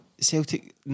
Celtic